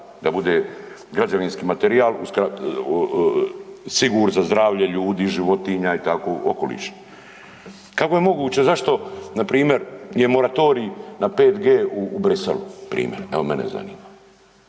da bude građevinski materijal siguran za zdravlje ljudi, životinja i tako okoliša. Kako je moguće zašto npr. je moratorij na 5G u Bruxellesu, primjer evo mene zanima,